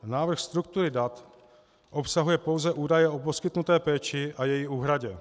Návrh struktury dat obsahuje pouze údaje o poskytnuté péči a její úhradě.